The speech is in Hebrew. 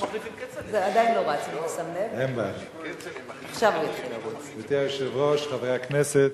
גברתי היושבת-ראש, חברי הכנסת,